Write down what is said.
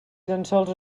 llençols